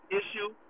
issue